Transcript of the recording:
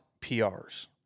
PRs